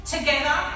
Together